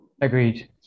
Agreed